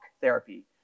therapy